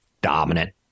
Dominant